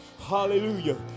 Hallelujah